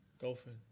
Dolphin